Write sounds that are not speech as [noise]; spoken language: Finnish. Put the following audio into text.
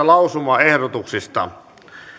[unintelligible] lausumaehdotuksista